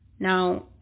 now